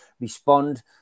respond